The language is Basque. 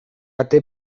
ate